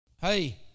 hey